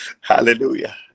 hallelujah